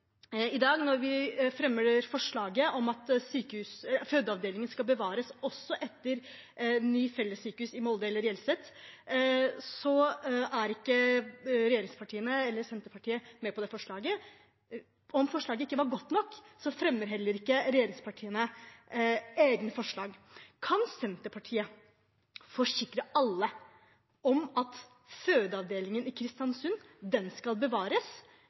I dag, når vi fremmer forslaget om at fødeavdelingen skal bevares også etter nytt fellessykehus på Hjelset i Molde, er ikke regjeringspartiene, herunder Senterpartiet, med på det forslaget. Om forslaget ikke var godt nok, fremmer heller ikke regjeringspartiene egne forslag. Kan Senterpartiet forsikre alle om at fødeavdelingen i Kristiansund skal bevares, uten noen frist for når den skal